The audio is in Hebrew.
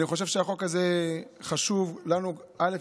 אני חושב שהחוק הזה חשוב לנו, א.